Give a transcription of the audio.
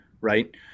right